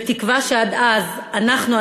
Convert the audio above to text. בתקווה שעד אז אנחנו,